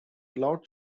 cloud